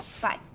Bye